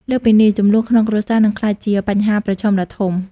លើសពីនេះ ជម្លោះក្នុងគ្រួសារ នឹងក្លាយជាបញ្ហាប្រឈមដ៏ធំ។